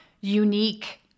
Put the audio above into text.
unique